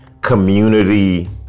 community